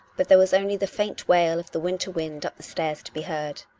but there was only the faint wail of the winter wind up the stairs to be heard.